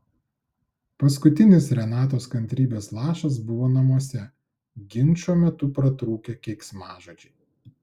paskutinis renatos kantrybės lašas buvo namuose ginčų metu pratrūkę keiksmažodžiai